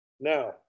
Now